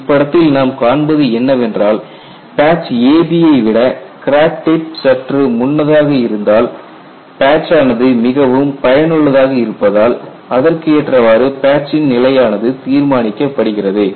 இப்படத்தில் நாம் காண்பது என்னவென்றால் பேட்ச் AB ஐ விட கிராக் டிப் சற்று முன்னதாக இருந்தால் பேட்ச் ஆனது மிகவும் பயனுள்ளதாக இருப்பதால் அதற்கு ஏற்றவாறு பேட்ச் சின் நிலையானது தீர்மானிக்கப்படுகிறது